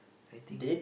I think